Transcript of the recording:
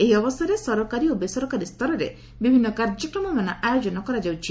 ଏହି ଅବସରରେ ସରକାରୀ ଓ ବେସରକାରୀ ସ୍ତରରେ ବିଭିନ୍ନ କାର୍ଯ୍ୟକ୍ରମ ମାନ ଆୟୋଜନ କରାଯାଉଛି